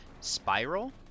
Spiral